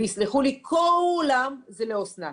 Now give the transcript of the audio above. ויסלחו לי כולם, זה לאסנת.